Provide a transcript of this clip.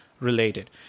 related